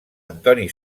antoni